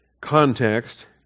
context